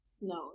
no